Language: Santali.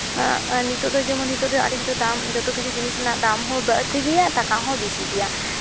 ᱟᱨ ᱱᱤᱛᱚᱜ ᱡᱮᱢᱚᱱ ᱱᱤᱛᱚᱜ ᱫᱚ ᱟᱹᱰᱤ ᱠᱤᱪᱷᱩ ᱫᱟᱢ ᱡᱚᱛᱚ ᱠᱤᱪᱷᱩ ᱡᱤᱱᱤᱥ ᱨᱮᱱᱟᱜ ᱫᱟᱢ ᱦᱚᱸ ᱵᱟᱹᱲᱛᱤ ᱜᱮᱭᱟ ᱴᱟᱠᱟ ᱦᱚᱸ ᱵᱮᱥᱤ ᱜᱮᱭᱟ